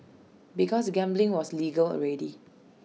because gambling was legal already